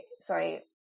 sorry